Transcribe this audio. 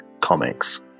comics